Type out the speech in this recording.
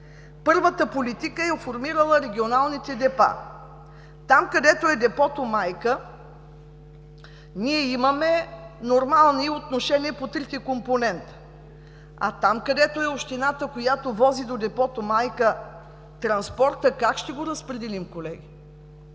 Първата политика е формирала регионалните депа. Там, където е депото майка, имаме нормални отношения по трите компонента. А там, където е общината, която вози до депото майка, транспорта как ще го разпределим, колеги?